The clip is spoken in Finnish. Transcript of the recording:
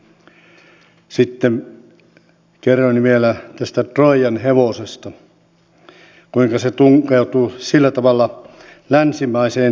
sitten kerroin vielä tästä troijan hevosesta kuinka se tunkeutuu sillä tavalla länsimaiseen sivilisaatioon